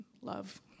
Love